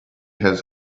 has